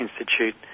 institute